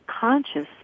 conscious